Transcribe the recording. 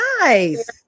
Nice